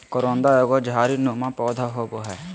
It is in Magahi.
करोंदा एगो झाड़ी नुमा पौधा होव हय